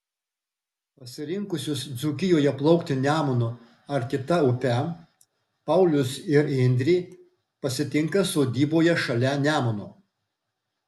pasirinkusius dzūkijoje plaukti nemunu ar kita upe paulius ir indrė pasitinka sodyboje šalia nemuno